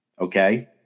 Okay